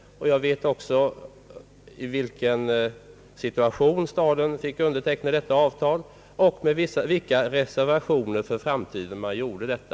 Jag vet också i vilken situation staden fick underteckna avtalet och med vilka reservationer för framtiden man gjorde detta.